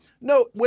No